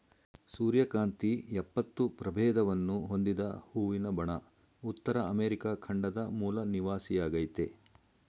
ಸೂರ್ಯಕಾಂತಿ ಎಪ್ಪತ್ತು ಪ್ರಭೇದವನ್ನು ಹೊಂದಿದ ಹೂವಿನ ಬಣ ಉತ್ತರ ಅಮೆರಿಕ ಖಂಡದ ಮೂಲ ನಿವಾಸಿಯಾಗಯ್ತೆ